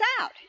out